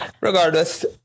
regardless